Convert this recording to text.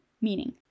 meaning